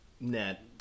net